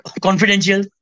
confidential